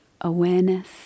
awareness